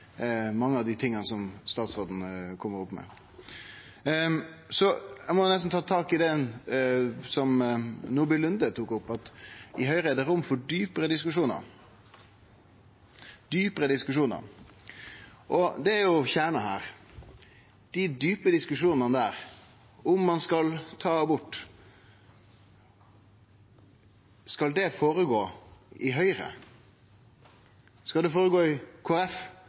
mange av dei tinga som statsråden kjem opp med. Eg må nesten ta tak i det som Nordby Lunde tok opp, at i Høgre er det rom for djupare diskusjonar. Det er jo kjernen her: Om ein skal ta abort, skal den djupe diskusjonen gå føre seg i Høgre, skal den gå føre seg i